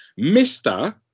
Mr